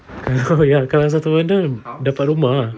oh ya kalau satu benda dapat rumah ah